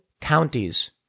Counties